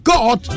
God